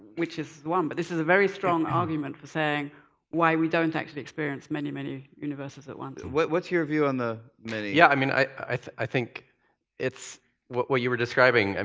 which is one. but this is a very strong argument for saying why we don't actually experience many, many universes at once. what's your view on the many yeah, i mean, i think it's what what you were describing. um